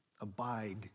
Abide